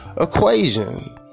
equation